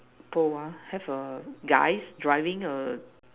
ball uh have a guys driving a